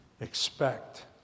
expect